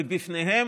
ובפניהן